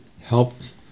helped